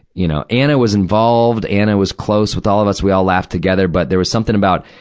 you know. anna was involved. anna was close with all of us we all laughed together. but there was something about,